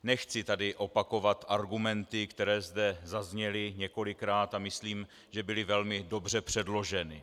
Nechci tady opakovat argumenty, které zde zazněly několikrát, a myslím, že byly velmi dobře předloženy.